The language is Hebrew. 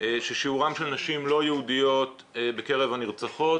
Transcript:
ששיעורן של נשים לא יהודיות בקרב הנרצחות,